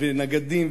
ונגדים,